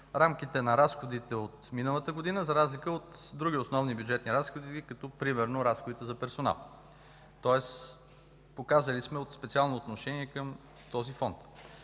на разходите от миналата година за разлика от други основни бюджетни разходи, като примерно разходите за персонал, тоест показвали сме специално отношение към този Фонд.